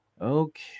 okay